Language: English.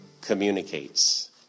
communicates